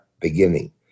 beginning